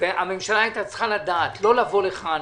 והממשלה היתה צריכה לדעת ולא לבוא לכאן